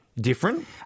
Different